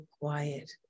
quiet